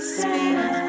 speed